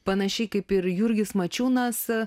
panašiai kaip ir jurgis mačiūnas